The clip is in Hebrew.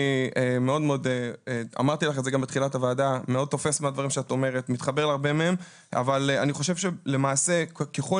אני מאוד מתחבר להרבה מהדברים שאת אומרת אבל אני חושב שככל